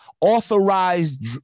authorized